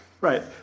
right